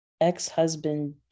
ex-husband